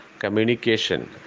Communication